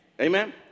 Amen